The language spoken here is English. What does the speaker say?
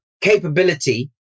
capability